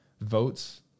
votes